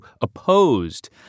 opposed